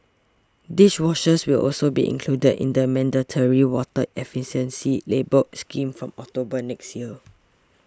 dishwashers will also be included in the mandatory water efficiency labelling scheme from October next year